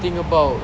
think about